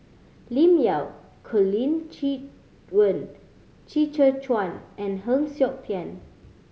Lim Yau Colin Qi Quan Qi Zhe Quan and Heng Siok Tian